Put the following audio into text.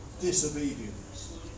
disobedience